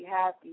happy